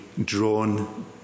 drawn